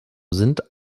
sind